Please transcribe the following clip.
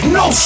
no